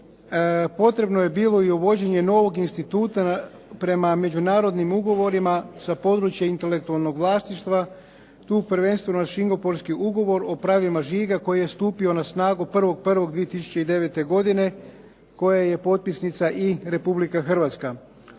potrebno je bilo i uvođenje novog instituta prema međunarodnim ugovorima sa područja intelektualnog vlasništva, tu prvenstveno Singapurski ugovor o pravima žiga koji je stupio na snagu 1.1.2009. godine koja je potpisnica i Republika Hrvatske.